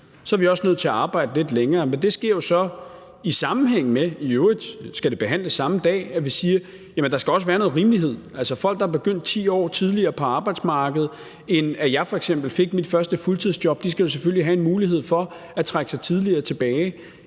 er vi også nødt til at arbejde lidt længere. Men det sker jo så i sammenhæng med – i øvrigt skal det behandles samme dag – at vi siger, at der også skal være noget rimelighed i det. Altså, folk, der er begyndt 10 år tidligere på arbejdsmarkedet, end jeg f.eks. gjorde, da jeg fik mit første fuldtidsjob, skal selvfølgelig have en mulighed for at trække sig tidligere tilbage